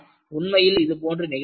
உண்மையில் இதுபோன்று நிகழ்ந்தது